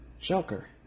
Joker